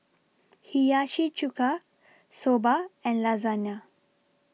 Hiyashi Chuka Soba and Lasagna